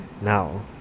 now